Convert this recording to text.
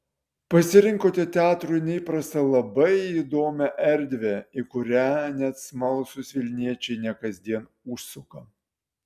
pasirinkote teatrui neįprastą labai įdomią erdvę į kurią net smalsūs vilniečiai ne kasdien užsuka